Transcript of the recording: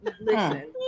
Listen